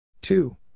Two